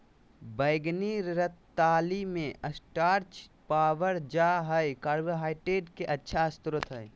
बैंगनी रतालू मे स्टार्च पावल जा हय कार्बोहाइड्रेट के अच्छा स्रोत हय